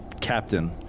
captain